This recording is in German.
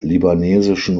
libanesischen